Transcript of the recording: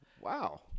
Wow